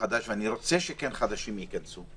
רוצה שחדשים ייכנסו,